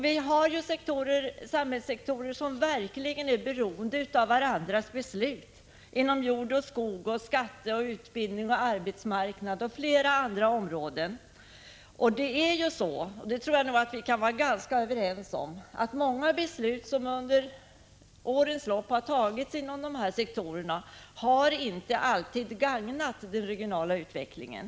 Vi har samhällssektorer som verkligen är beroende av varandras beslut — jord och skog, skatter, utbildning, arbetsmarknad och flera andra områden. Vi kan nog vara överens om att många beslut som under årens lopp har tagits inom dessa sektorer inte alltid har gagnat den regionala utvecklingen.